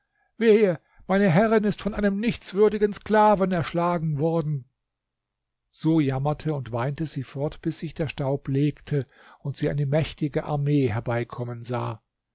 meine herrin ist von einem nichtswürdigen sklaven erschlagen worden so jammerte und weinte sie fort bis sich der staub legte und sie eine mächtige armee herbeikommen sah